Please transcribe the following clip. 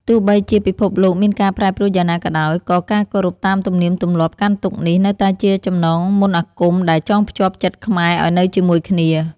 ទោះបីជាពិភពលោកមានការប្រែប្រួលយ៉ាងណាក៏ដោយ ក៏ការគោរពតាមទំនៀមទម្លាប់កាន់ទុក្ខនេះនៅតែជាចំណងមន្តអាគមដែលចងភ្ជាប់ចិត្តខ្មែរឱ្យនៅជាមួយគ្នា។